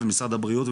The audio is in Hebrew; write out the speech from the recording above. משרד הבריאות,